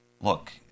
look